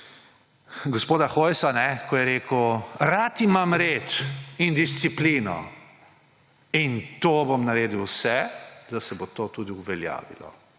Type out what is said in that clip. gospoda Hojsa, ko je rekel: »Rad imam red in disciplino in bom naredil vse, da se bo to tudi uveljavilo.«